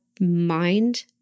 mind